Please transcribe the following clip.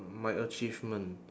my achievement